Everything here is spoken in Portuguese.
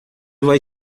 vai